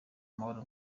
mahoro